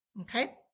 Okay